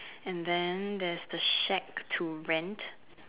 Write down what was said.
and then there's the shack to rent